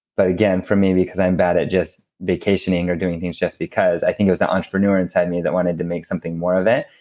but again, for me, because i'm bad at just vacationing or doing things just because, i think it was the entrepreneur inside me that wanted to make something for of it.